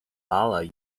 allah